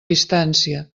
distància